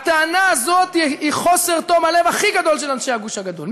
הטענה הזאת היא חוסר תום הלב הכי גדול של אנשי הגוש הגדול,